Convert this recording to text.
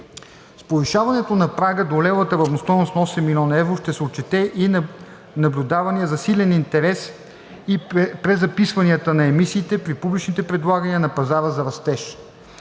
С повишаването на прага до левовата равностойност на 8 000 000 евро ще се отчете и наблюдаваният засилен интерес и презаписванията на емисиите при публични предлагания на пазара за растеж.